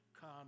come